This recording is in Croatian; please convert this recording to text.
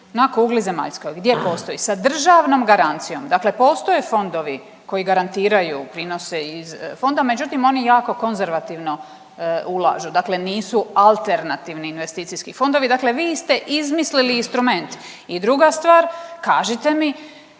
na kugli zemaljskoj gdje postoji sa državnom garancijom? Dakle, postoje fondovi koji garantiraju prinose iz fonda, međutim oni jako konzervativno ulažu dakle nisu alternativni investicijski fondovi, dakle vi ste izmislili instrument. I druga stvar, kažite mi